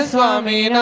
Swami